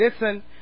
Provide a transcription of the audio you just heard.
Listen